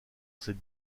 c’est